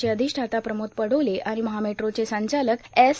चे अधिष्ठाता प्रमोद पडोले आणि महा मेट्रोचे संचालक एस